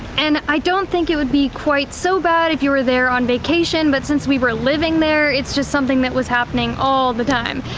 and i don't think it would be quite so bad if you were there on vacation but since we were living there it's just something that was happening all the time,